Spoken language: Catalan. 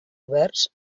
oberts